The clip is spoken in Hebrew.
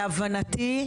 להבנתי,